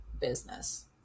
business